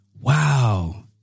wow